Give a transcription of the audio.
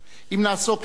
אם נעסוק, שוב,